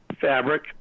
fabric